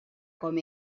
com